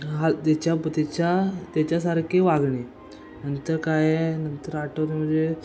हा त्याच्या त्याच्या त्याच्यासारखे वागणे नंतर काय नंतर आठवतं म्हणजे